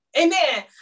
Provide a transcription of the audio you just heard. amen